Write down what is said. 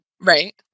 Right